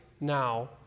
now